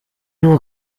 nur